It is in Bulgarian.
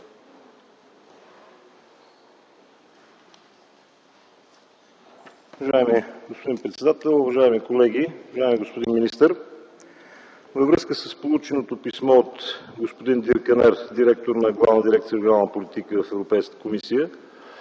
връзка с полученото писмо от господин Дир Канер – директор на Главна дирекция „Регионална политика” в Европейската комисия,